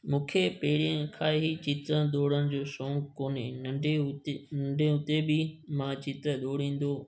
मूंखे पहिरीं खां ई चित्रण धूरण जो शौंक़ु कोन्हे नंढे हूंदे हूंदे हुते बि मां चित्र धूणंदो